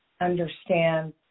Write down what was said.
understand